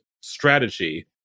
strategy